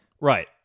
Right